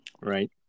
Right